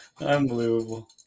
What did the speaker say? Unbelievable